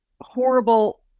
horrible